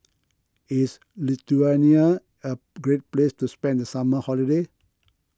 is Lithuania a great place to spend the summer holiday